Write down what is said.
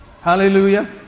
Hallelujah